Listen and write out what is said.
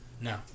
no